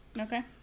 Okay